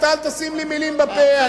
אל תשים לי מלים בפה.